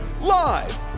Live